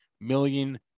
million